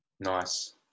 Nice